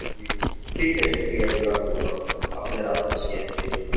جی ٹھیک ہے شکریہ جزاکم اللہ آپ نے رابطہ کیا اس کے لیے